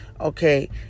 Okay